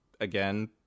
again